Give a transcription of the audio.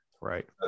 right